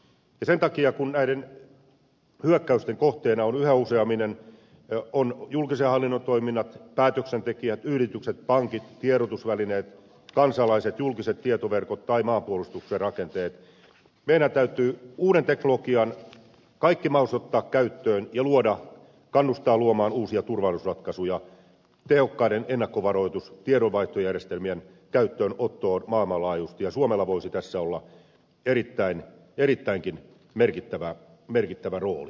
sen takia kun näiden hyökkäysten kohteena ovat yhä useammin julkisen hallinnon toiminnat päätöksentekijät yritykset pankit tiedotusvälineet kansalaiset julkiset tietoverkot tai maanpuolustuksen rakenteet meidän täytyy uuden teknologian kaikki mahdollisuudet ottaa käyttöön ja kannustaa luomaan uusia turvallisuusratkaisuja tehokkaiden ennakkovaroitus ja tiedonvaihtojärjestelmien käyttöönottoon maailmanlaajuisesti ja suomella voisi tässä olla erittäinkin merkittävä rooli